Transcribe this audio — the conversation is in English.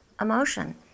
emotion